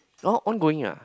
all ongoing ah